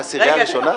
עשירייה ראשונה?